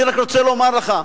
אני רק רוצה לומר לך,